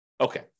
Okay